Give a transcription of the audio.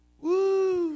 Woo